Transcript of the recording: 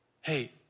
hey